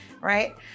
right